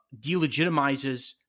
delegitimizes